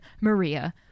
maria